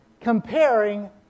comparing